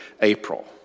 April